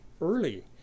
early